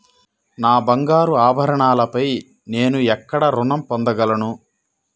నా బంగారు ఆభరణాలపై నేను ఎక్కడ రుణం పొందగలను?